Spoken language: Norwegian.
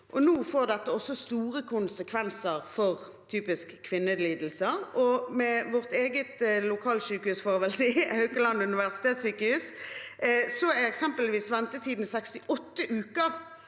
og dette får nå store konsekvenser for typiske kvinnelidelser. Ved vårt eget lokalsykehus, får jeg vel si – Haukeland universitetssykehus – er eksempelvis ventetiden 68 uker